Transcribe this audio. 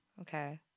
Okay